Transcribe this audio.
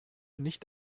nicht